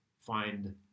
find